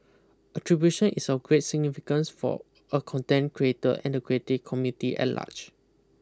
attribution is of great significance for a content creator and the creative community at large